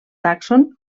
tàxon